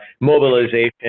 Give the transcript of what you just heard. mobilization